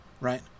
right